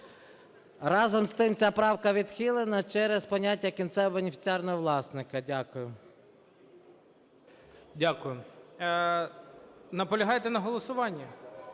Разом з тим, ця правка відхилена через поняття "кінцевого бенефіціарного власника". Дякую. ГОЛОВУЮЧИЙ. Дякую. Наполягаєте на голосуванні?